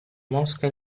mosca